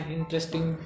interesting